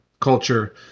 culture